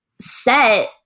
set